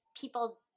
people